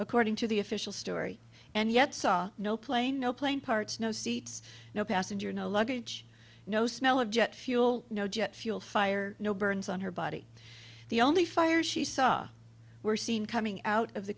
according to the official story and yet saw no plane no plane parts no seats no passenger no luggage no smell of jet fuel no jet fuel fire no burns on her body the only fire she saw were seen coming out of the